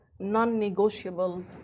non-negotiables